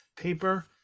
paper